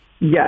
Yes